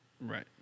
Right